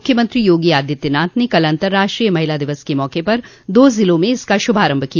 मुख्यमंत्री योगी आदित्यनाथ ने कल अन्तर्राष्ट्रीय महिला दिवस के मौके पर दो जिलों में इसका शुभारंभ किया